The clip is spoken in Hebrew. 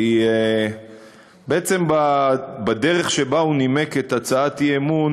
כי בעצם בדרך שבה הוא נימק את הצעת האי-אמון